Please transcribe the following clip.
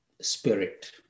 spirit